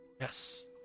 yes